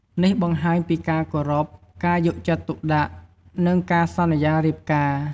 នេះបង្ហាញពីការគោរព ការយកចិត្តទុកដាក់ និងការសន្យារៀបការ។